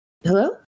Hello